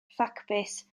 ffacbys